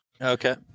Okay